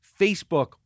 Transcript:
Facebook